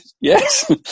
Yes